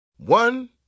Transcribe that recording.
One